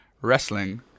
wrestling